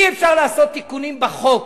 אי-אפשר לעשות תיקונים בחוק,